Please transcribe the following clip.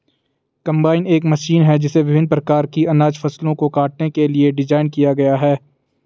combine एक machine है जिसे विभिन्न प्रकार की अनाज फसलों को काटने के लिए डिज़ाइन किया गया है